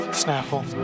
snaffle